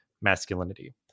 masculinity